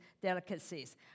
delicacies